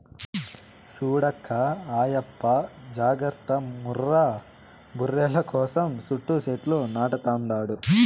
చూడక్కా ఆయప్ప జాగర్త ముర్రా బర్రెల కోసం సుట్టూ సెట్లు నాటతండాడు